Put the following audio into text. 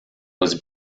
was